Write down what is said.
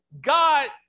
God